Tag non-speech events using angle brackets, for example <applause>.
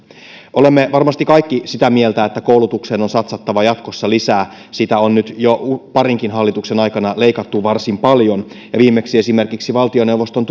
olemme varmasti kaikki sitä mieltä että koulutukseen on satsattava jatkossa lisää siitä on nyt jo parinkin hallituksen aikana leikattu varsin paljon ja viimeksi esimerkiksi valtioneuvoston <unintelligible>